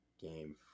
Game